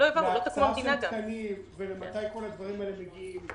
להקצאה של תקנים ומתי שכל הדברים האלה מגיעים,